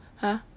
!huh!